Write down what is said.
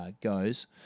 goes